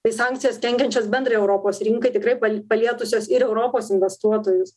tai sankcijos kenkiančios bendrai europos rinkai tikrai palietusios ir europos investuotojus